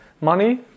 money